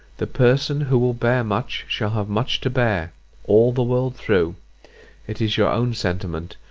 the person who will bear much shall have much to bear all the world through it is your own sentiment,